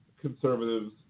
conservatives